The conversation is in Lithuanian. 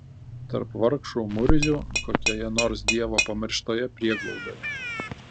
tarp vargšų murzių kokioje nors dievo pamirštoje prieglaudoje